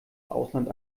ausland